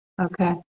Okay